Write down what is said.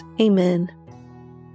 Amen